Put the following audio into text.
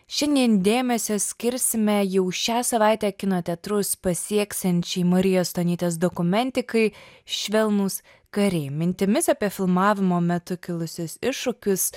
šiandien dėmesio skirsime jau šią savaitę kino teatrus pasieksiančiai marijos stonytės dokumentikai švelnūs kariai mintimis apie filmavimo metu kilusius iššūkius